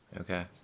Okay